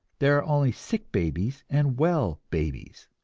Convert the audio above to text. there are only sick babies and well babies.